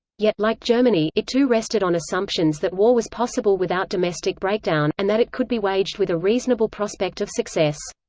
yet like so it too rested on assumptions that war was possible without domestic breakdown, and that it could be waged with a reasonable prospect of success.